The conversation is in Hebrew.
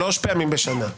שלוש פעמים בשנה.